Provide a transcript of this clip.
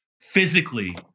physically